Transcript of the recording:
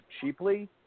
cheaply